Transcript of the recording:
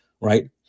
right